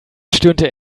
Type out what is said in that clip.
stöhnte